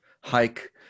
hike